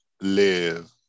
live